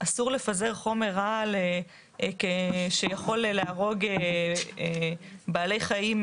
אסור לפזר חומר רעל שיכול להרוג בעלי חיים,